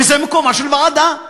וזה מקומה של ועדה,